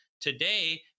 Today